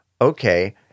okay